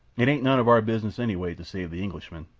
it ain't none of our business anyway to save the englishman.